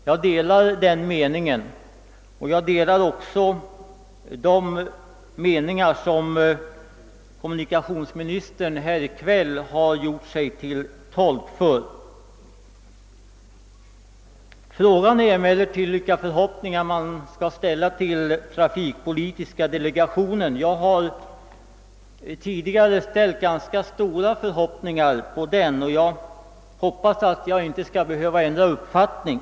Jag delar den åsikten liksom jag delar de meningar som kommunikationsministern här i kväll har gjort sig till tolk för. Frågan är emellertid vilka förhoppningar man skall knyta till trafikpolitiska delegationen. Jag har tidigare ställt ganska stora förhoppningar på den, och jag hoppas att jag inte skall behöva ändra uppfattning.